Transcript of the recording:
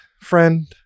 friend